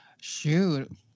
Shoot